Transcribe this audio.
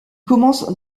commence